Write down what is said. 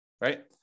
right